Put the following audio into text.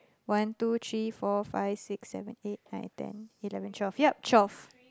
one two three four five six seven eight nine ten eleven twelve yup twelve